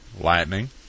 lightning